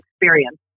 experience